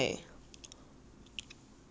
err about